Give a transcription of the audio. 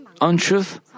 untruth